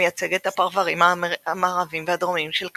המייצג את הפרברים המערביים והדרומיים של קליבלנד.